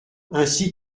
ainsi